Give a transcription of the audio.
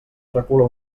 recula